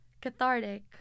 Cathartic